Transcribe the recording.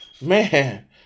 man